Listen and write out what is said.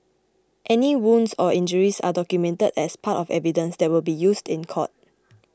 any wounds or injuries are documented as part of evidence that will be used in court